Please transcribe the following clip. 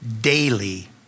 daily